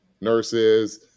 nurses